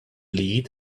lead